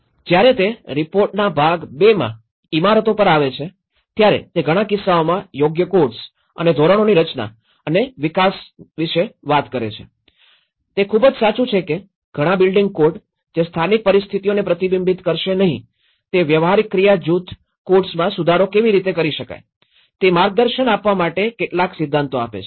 જ્યારે તે રિપોર્ટના ભાગ ૨માં ઇમારતો પર આવે છે ત્યારે તે ઘણા કિસ્સાઓમાં યોગ્ય કોડ્સ અને ધોરણોની રચના અને વિકાસ વિશે વાત કરે છે તે ખૂબ જ સાચું છે કે ઘણા બિલ્ડિંગ કોડ જે સ્થાનિક પરિસ્થિતિઓને પ્રતિબિંબિત કરશે નહીં તે વ્યવહારિક ક્રિયા જૂથ કોડ્સમાં સુધારો કેવી રીતે કરી શકાય તે માર્ગદર્શન આપવા માટે કેટલાક સિદ્ધાંતો આપે છે